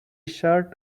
tshirt